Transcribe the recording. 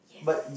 yes